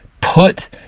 put